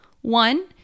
One